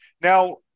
now